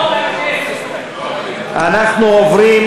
אנחנו עוברים,